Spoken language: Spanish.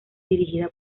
dirigida